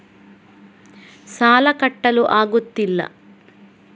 ಸಾಲ ಕಟ್ಟಲು ಆಗುತ್ತಿಲ್ಲ